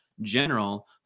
general